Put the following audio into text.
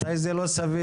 מתי זה לא סביר,